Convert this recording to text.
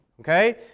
okay